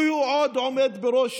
והוא עוד עומד בראש